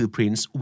Prince